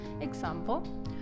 Example